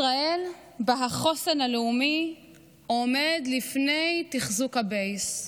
ישראל שבה החוסן הלאומי עומד לפני תחזוק הבייס,